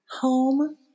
Home